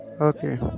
Okay